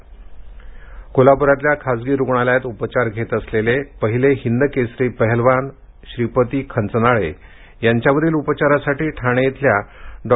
खंचनाळे कोल्हापूरातल्या खासगी रुग्णालयात उपचार घेत असलेले पहिले हिंद केसरी पहलवान श्रीपती खंचनाळे यांच्यावरील उपचारासाठी ठाणे येथील डॉ